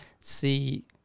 see